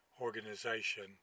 organization